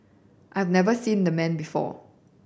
I have never seen the man before